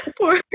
Poor